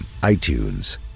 iTunes